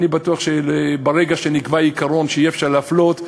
אני בטוח שברגע שנקבע עיקרון שאי-אפשר להפלות,